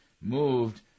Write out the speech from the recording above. moved